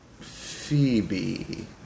Phoebe